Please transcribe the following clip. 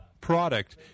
product